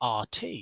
RT